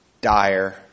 dire